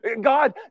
God